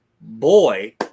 boy